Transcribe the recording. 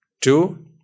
Two